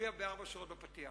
מופיע בארבע שורות בפתיח.